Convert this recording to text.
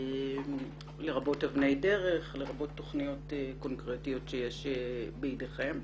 לרבות אבני דרך ולרבות תוכניות קונקרטיות שיש לכם.